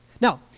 Now